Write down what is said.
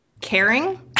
Caring